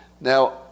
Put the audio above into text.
Now